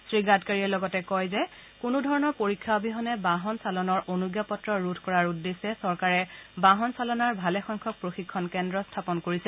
শ্ৰীগাডকাৰীয়ে লগতে কয় যে কোনো ধৰণৰ পৰীক্ষা অবিহনে বাহন চালনৰ অনুজ্ঞা পত্ৰ ৰোধ কৰাৰ উদ্দেশ্যে চৰকাৰে বাহন চালনাৰ ভালে সংখ্যক প্ৰশিক্ষণ কেন্দ্ৰ স্থাপন কৰিছে